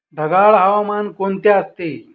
ढगाळ हवामान कोणते असते?